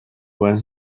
when